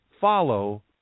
follow